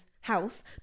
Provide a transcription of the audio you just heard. house